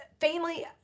family